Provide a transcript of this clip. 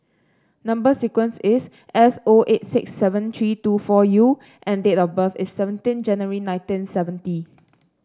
number sequence is S O eight six seven three two four U and date of birth is seventeen January nineteen seventy